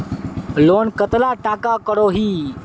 Loan कतला टाका करोही?